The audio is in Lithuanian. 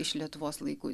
iš lietuvos laiku